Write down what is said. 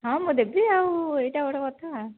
ହଁ ମୁଁ ଦେବି ଆଉ ଏଇଟା ଗୋଟେ କଥା